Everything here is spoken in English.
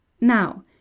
Now